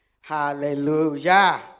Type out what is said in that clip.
Hallelujah